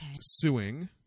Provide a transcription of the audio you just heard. suing